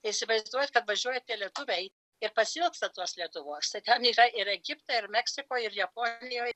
įsivaizduojat kad važiuoja tie lietuviai ir pasiilgsta tos lietuvoje tai ten yra ir egipte ir meksikoj ir japonijoj